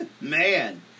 Man